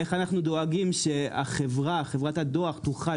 איך אנחנו דואגים שחברת הדואר תוכל